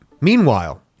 meanwhile